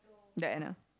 the end ah